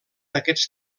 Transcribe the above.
aquests